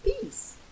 peace